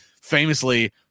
famously